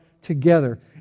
together